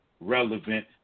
relevant